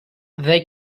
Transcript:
they